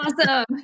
Awesome